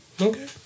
Okay